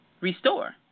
restore